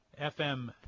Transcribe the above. FM